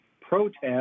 protest